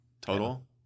total